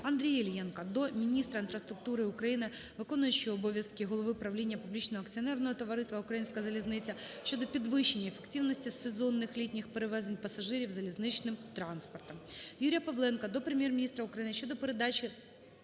Андрія Іллєнка до міністра інфраструктури України, виконуючого обов'язки голови правління публічного акціонерного товариства "Українська залізниця" щодо підвищення ефективності сезонних літніх перевезень пасажирів залізничним транспортом. Юрія Павленка до Прем'єр-міністра України щодо передачі